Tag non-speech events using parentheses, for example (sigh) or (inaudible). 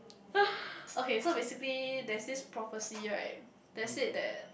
(breath) okay so basically there's this prophecy right that said that